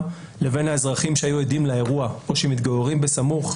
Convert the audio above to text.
לבין האזרחים שהיו עדים לאירוע או שמתגוררים בסמוך,